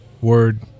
Word